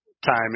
time